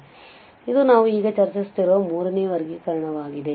ಆದ್ದರಿಂದ ಇದು ನಾವು ಈಗ ಚರ್ಚಿಸುತ್ತಿರುವ ಮೂರನೇ ವರ್ಗೀಕರಣವಾಗಿದೆ